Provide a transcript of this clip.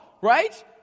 right